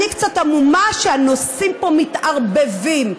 אני קצת המומה שהנושאים פה מתערבבים.